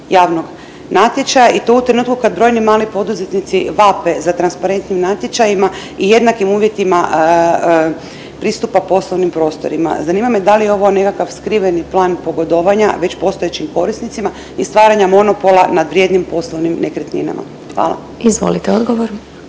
javnog natječaja i to u trenutku kad brojni mali poduzetnici vape za transparentnim natječajima i jednakim uvjetima pristupa poslovnim prostorima. Zanima me da li je ovo nekakav skriveni plan pogodovanja već postojećim korisnicima i stvaranja monopola nad vrijednim poslovnim nekretninama. Hvala. **Glasovac,